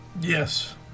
Yes